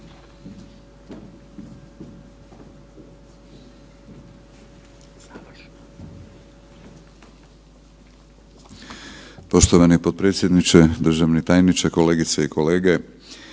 Poštovani potpredsjedniče, državni tajniče, kolegice i kolege.